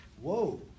Whoa